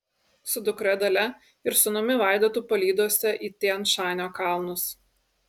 su dukra dalia ir sūnumi vaidotu palydose į tian šanio kalnus